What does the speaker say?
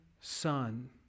Son